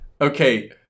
Okay